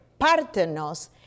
partenos